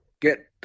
get